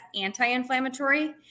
anti-inflammatory